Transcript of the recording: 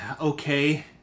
okay